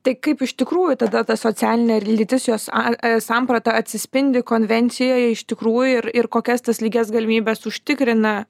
tai kaip iš tikrųjų tada ta socialinė lytis jos a samprata atsispindi konvencijoje iš tikrųjų ir ir kokias tas lygias galimybes užtikrina